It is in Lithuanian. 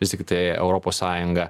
vis tiktai europos sąjunga